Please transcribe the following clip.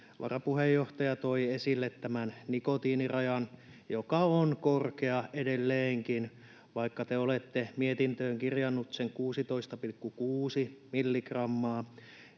varapuheenjohtaja toi esille tämän nikotiinirajan, joka on korkea edelleenkin. Vaikka te olette mietintöön kirjanneet sen 16,6 milligrammaa,